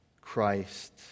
Christ